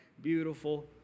beautiful